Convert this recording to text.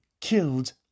killed